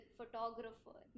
photographer